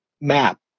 map